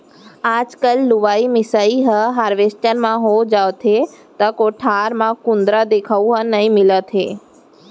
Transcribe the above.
आजकल लुवई मिसाई ह हारवेस्टर म हो जावथे त कोठार म कुंदरा देखउ नइ मिलत हे